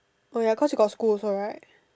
oh ya cause you got school also right